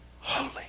holy